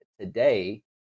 today